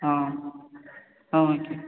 ஆ ஆ ஓகே